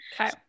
Okay